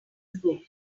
ago